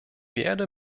werde